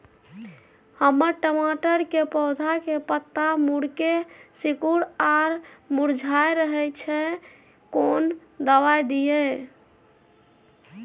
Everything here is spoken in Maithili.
हमर टमाटर के पौधा के पत्ता मुड़के सिकुर आर मुरझाय रहै छै, कोन दबाय दिये?